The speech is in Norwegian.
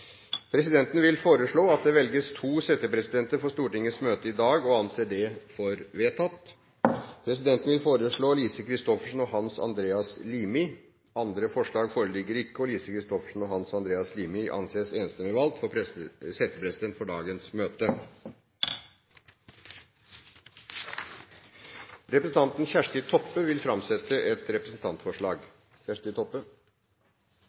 Presidenten vil foreslå at det velges to settepresidenter for Stortingets møte i dag – og anser det som vedtatt. Presidenten vil foreslå Lise Christoffersen og Hans Andreas Limi. – Andre forslag foreligger ikke, og Lise Christoffersen og Hans Andreas Limi anses enstemmig valgt som settepresidenter for dagens møte. Representanten Marit Arnstad vil framsette et representantforslag På vegne av representantene Kjersti Toppe,